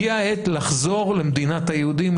הגיעה העת לחזור למדינת היהודים,